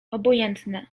obojętne